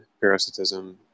parasitism